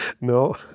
No